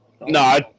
No